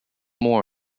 more